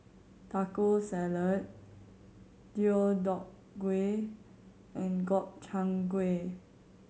Taco Salad Deodeok Gui and Gobchang Gui